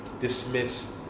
dismiss